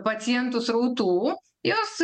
pacientų srautų jos